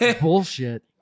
Bullshit